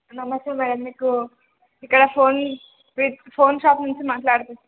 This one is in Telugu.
నమస్తే మ్యాడమ్ మీకు ఇక్కడ ఫోన్ ఫోన్ షాప్ నుంచి మాట్లాడుపి